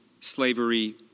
slavery